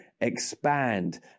expand